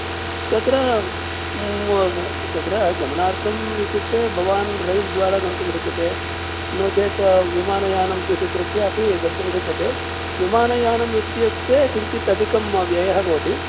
तत्र तत्र गमनार्थं इत्युक्ते बवान् रेय्ल् द्वारा गन्तुं शक्यते नो चेत् विमानयानमपि स्वीकृत्य अपि गन्तुं शक्यते विमानयानं इत्युक्ते किञ्चित् अधिकं व्ययः भवति